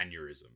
aneurysm